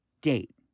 date